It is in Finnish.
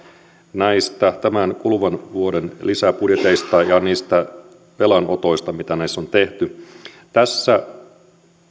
näistä kuluvan vuoden lisäbudjeteista ja velanotoista mitä näissä on tehty tässä